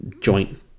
joint